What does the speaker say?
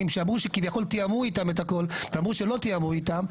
שאמרו שכביכול תיאמו איתם את הכול ואמרו שלא תיאמו איתם,